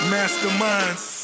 Masterminds